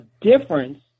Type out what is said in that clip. difference